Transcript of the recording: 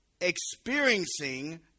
experiencing